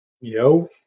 yo